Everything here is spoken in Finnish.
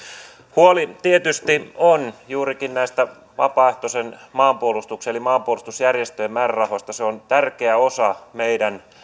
huoli tietysti on juurikin näistä vapaaehtoisen maanpuolustuksen eli maanpuolustusjärjestöjen määrärahoista ne ovat tärkeä osa meidän